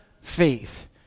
faith